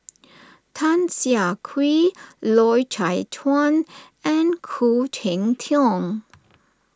Tan Siah Kwee Loy Chye Chuan and Khoo Cheng Tiong